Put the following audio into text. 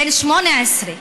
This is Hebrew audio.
בן 18,